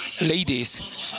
ladies